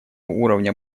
уровня